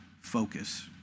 focus